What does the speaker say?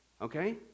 Okay